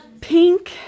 pink